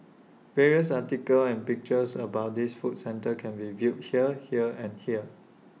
various articles and pictures about this food centre can be viewed here here and here